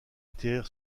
atterrir